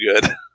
good